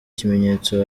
kimenyetso